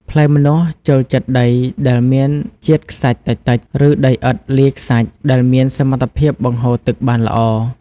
ផ្លែម្នាស់ចូលចិត្តដីដែល មានជាតិខ្សាច់តិចៗ ឬដីឥដ្ឋលាយខ្សាច់ ដែលមានសមត្ថភាពបង្ហូរទឹកបានល្អ។